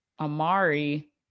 Amari